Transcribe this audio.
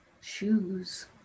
shoes